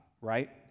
right